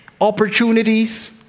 opportunities